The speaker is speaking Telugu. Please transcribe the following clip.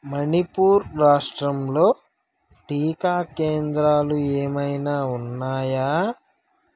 మణిపూర్ రాష్ట్రంలో టీకా కేంద్రాలు ఏమైనా ఉన్నాయా